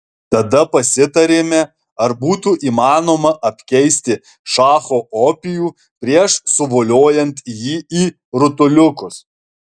tada pasitarėme ar būtų įmanoma apkeisti šacho opijų prieš suvoliojant jį į rutuliukus